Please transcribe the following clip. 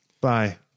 Bye